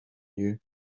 you